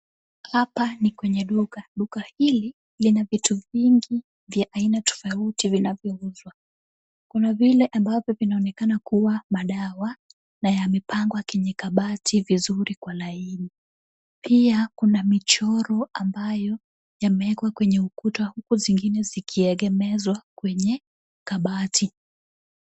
Hapa ni kwenye duka. Duka hili lina vitu vingi vya aina tofauti vinavyouzwa. Kuna vile ambavyo vinaonekana kuwa madawa na yamepangwa kwenye kabati vizuri kwa laini . Pia kuna michoro ambayo yamewekwa kwenye ukuta huku zingine zikiegemezwa kwenye kabati.